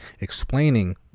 explaining